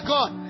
God